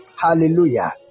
Hallelujah